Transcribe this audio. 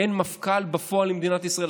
אין מפכ"ל בפועל למדינת ישראל.